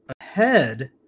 ahead